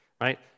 right